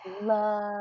Love